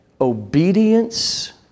obedience